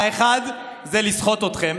האחד, לסחוט אתכם.